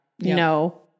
No